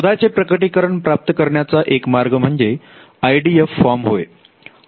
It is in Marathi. शोधाचे प्रकटीकरण प्राप्त करण्याचा एक मार्ग म्हणजे आय डी एफ फॉर्म होय